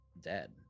dead